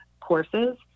courses